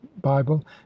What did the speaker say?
bible